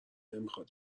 نمیخواد